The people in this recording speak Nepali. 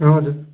हजुर